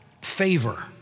favor